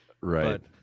Right